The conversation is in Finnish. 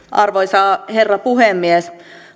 arvoisa herra puhemies